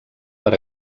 per